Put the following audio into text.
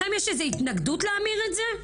לכם יש איזו התנגדות להמיר את זה?